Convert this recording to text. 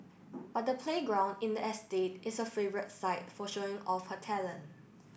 but the playground in the estate is her favourite site for showing off her talent